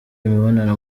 imibonano